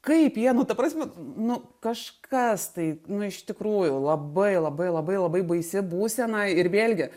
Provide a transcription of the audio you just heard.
kaip jie nu ta prasme nu kažkas tai nu iš tikrųjų labai labai labai labai baisi būsena ir vėlgi